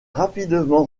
rapidement